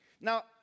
Now